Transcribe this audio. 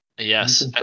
Yes